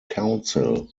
council